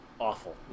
awful